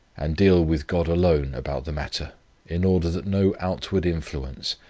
and deal with god alone about the matter, in order that no outward influence,